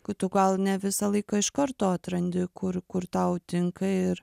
kai tu gal ne visą laiką iš karto atrandi kur kur tau tinka ir